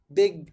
big